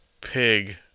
pig